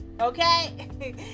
okay